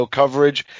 coverage